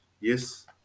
yes